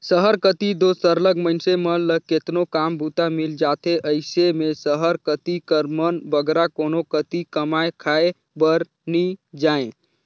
सहर कती दो सरलग मइनसे मन ल केतनो काम बूता मिल जाथे अइसे में सहर कती कर मन बगरा कोनो कती कमाए खाए बर नी जांए